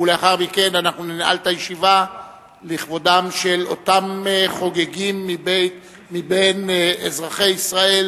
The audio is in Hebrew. ולאחר מכן אנחנו ננעל את הישיבה לכבודם של אותם חוגגים מאזרחי ישראל